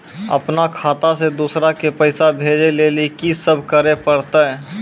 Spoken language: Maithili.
अपनो खाता से दूसरा के पैसा भेजै लेली की सब करे परतै?